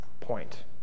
point